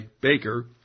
Baker